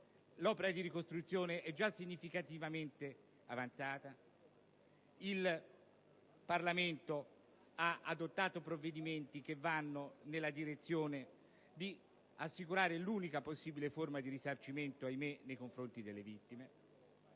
L'opera di ricostruzione è già significativamente avanzata. Il Parlamento ha adottato provvedimenti che vanno nella direzione di assicurare l'unica possibile forma di risarcimento - ahimè! - nei confronti delle vittime,